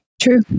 True